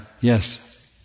Yes